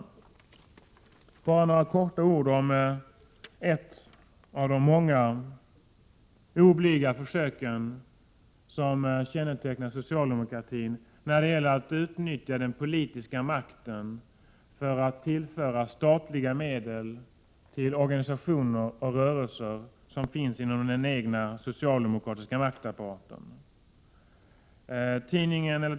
Jag vill säga bara några ord om ett av de många oblyga försök som kännetecknar socialdemokratin när det gäller att utnyttja den politiska makten för att tillföra statliga medel till organisationer och rörelser som finns inom den egna socialdemokratiska maktapparaten.